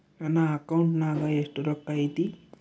ನನ್ನ ಅಕೌಂಟ್ ನಾಗ ಎಷ್ಟು ರೊಕ್ಕ ಐತಿ?